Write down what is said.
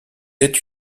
êtes